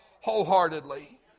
wholeheartedly